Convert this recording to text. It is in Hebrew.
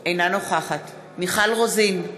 אינה נוכחת מיכל רוזין,